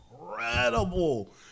incredible